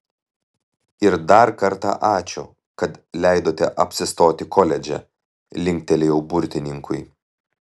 ir dar kartą ačiū kad leidote apsistoti koledže linktelėjau burtininkui